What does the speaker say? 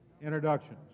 introductions